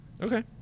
Okay